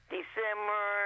December